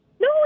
No